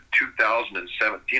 2017